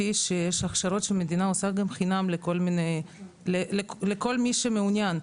שיש הכשרות שמדינת ישראל עושה בחינם לכל מי שמעוניין.